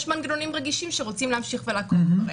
מנגנונים רגישים שרוצים להמשיך --- דברים.